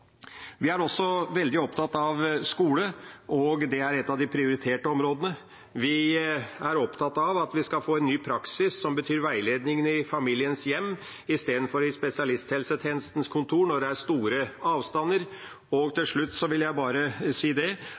Vi er også veldig opptatt av skole, og det er et av de prioriterte områdene. Vi er opptatt av at vi skal få en ny praksis som betyr veiledning i familiens hjem istedenfor på spesialisthelsetjenestens kontor når det er store avstander. Til sutt vil jeg bare si